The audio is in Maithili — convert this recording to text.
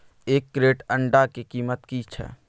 एक क्रेट अंडा के कीमत की छै?